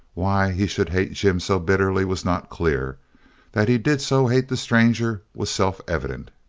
why he should hate jim so bitterly was not clear that he did so hate the stranger was self-evident.